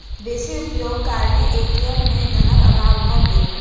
बेसी उपयोगक कारणेँ ए.टी.एम में धनक अभाव भ गेल